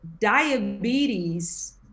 diabetes